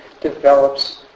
develops